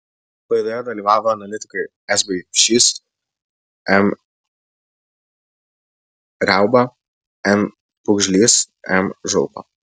laidoje dalyvavo analitikai s baipšys m riauba n pugžlys m žulpa